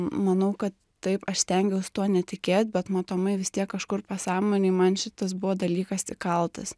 manau kad taip aš stengiaus tuo netikėt bet matomai vis tiek kažkur pasąmonėj man šitas buvo dalykas įkaltas